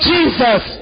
Jesus